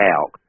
out